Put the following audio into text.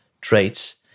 traits